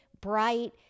bright